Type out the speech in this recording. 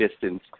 distance